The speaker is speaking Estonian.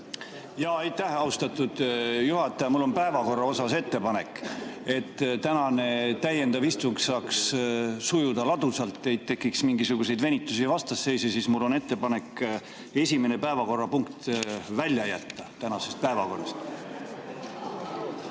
Aitäh, austatud juhataja! Mul on päevakorra kohta ettepanek. Et tänane täiendav istung saaks sujuda ladusalt, ei tekiks mingisuguseid venitusi ja vastasseise, on mul ettepanek esimene päevakorrapunkt tänasest päevakorrast